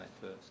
first